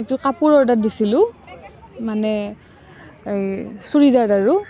এযোৰ কাপোৰ অৰ্ডাৰ দিছিলোঁ মানে এই চুৰিদাৰ আৰু